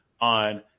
on